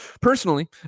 personally